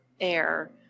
air